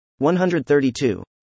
132